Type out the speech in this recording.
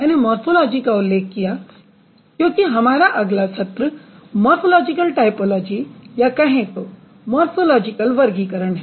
मैंने मॉर्फोलॉजी का उल्लेख किया क्योंकि हमारा अगला सत्र मॉर्फोलॉजिकल टाइपोलॉजी या कहें तो मॉर्फोलॉजिकल वर्गीकरण है